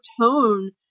tone